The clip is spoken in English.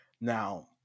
Now